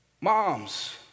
Moms